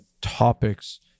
topics